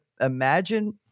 imagine